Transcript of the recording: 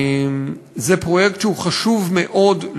זה פרויקט חשוב מאוד,